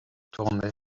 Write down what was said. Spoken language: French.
tourné